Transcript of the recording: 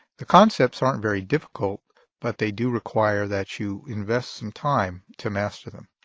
the concepts aren't very difficult but they do require that you invest some time to master them.